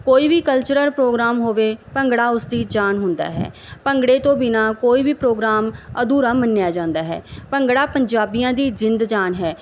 ਕੋਈ ਵੀ cultural programme ਹੋਵੇ ਭੰਗੜਾ ਉਸ ਦੀ ਜਾਨ ਹੁੰਦਾ ਹੈ ਭੰਗੜੇ ਤੋਂ ਬਿਨਾਂ ਕੋਈ ਵੀ ਪ੍ਰੋਗਰਾਮ ਅਧੂਰਾ ਮੰਨਿਆ ਜਾਂਦਾ ਹੈ ਭੰਗੜਾ ਪੰਜਾਬੀਆਂ ਦੀ ਜਿੰਦ ਜਾਨ ਹੈ